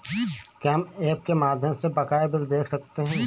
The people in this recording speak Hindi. क्या हम ऐप के माध्यम से बकाया बिल देख सकते हैं?